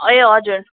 ए हजुर